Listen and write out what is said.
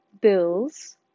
bills